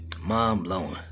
Mind-blowing